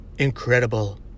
Incredible